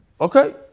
okay